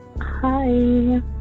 Hi